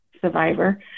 survivor